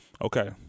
okay